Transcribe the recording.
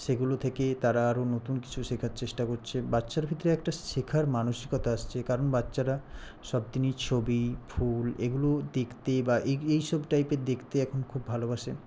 সেগুলো থেকে তারা আরও নতুন কিছু শেখার চেষ্টা করছে বাচ্চার ভিতরে একটা শেখার মানসিকতা আসছে কারণ বাচ্চারা সব জিনিস ছবি ফুল এগুলো দেখতে বা এই এইসব টাইপের দেখতে এখন খুব ভালোবাসে